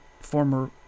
former